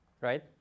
right